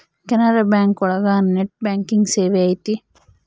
Canara bank ಒಳಗ net banking ಸೇವೆ ಐತಿ